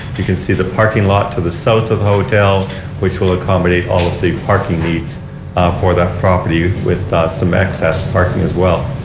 you can see the parking lot to the south of the hotel which will accommodate all of the parking needs for that property with some excess parking as well.